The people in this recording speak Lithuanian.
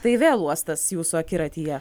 tai vėl uostas jūsų akiratyje